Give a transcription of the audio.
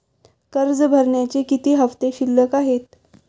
कर्ज भरण्याचे किती हफ्ते शिल्लक आहेत?